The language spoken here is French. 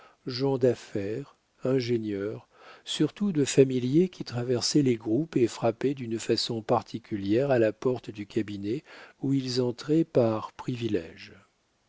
gens d'affaires ingénieurs surtout de familiers qui traversaient les groupes et frappaient d'une façon particulière à la porte du cabinet où ils entraient par privilége